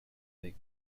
lake